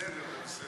זה בסדר, זה בסדר.